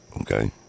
okay